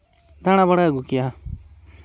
ᱫᱟᱬᱟᱵᱟᱲᱟ ᱟᱹᱜᱩ ᱠᱮᱭᱟ